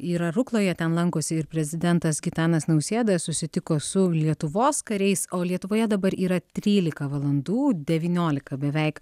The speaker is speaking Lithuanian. yra rukloje ten lankosi ir prezidentas gitanas nausėda susitiko su lietuvos kariais o lietuvoje dabar yra trylika valandų devyniolika beveik